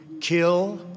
kill